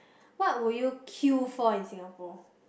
what will you queue for in Singapore